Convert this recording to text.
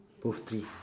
both tree